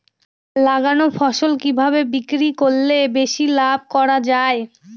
লাগানো ফসল কিভাবে বিক্রি করলে বেশি লাভ করা যায়?